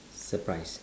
surprise